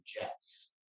Jets